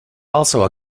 also